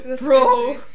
bro